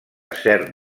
cert